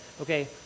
okay